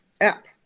app